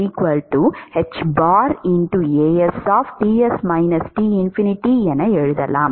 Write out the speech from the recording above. As Ts T∞ என எழுதலாம்